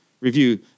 review